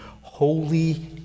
Holy